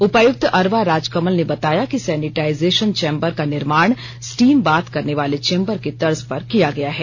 उपायुक्त अरवा राजकमल ने बताया कि सैनिटाइजेशन चेंबर का निर्माण स्टीम बाथ करने वाले चेंबर की तर्ज पर किया गया है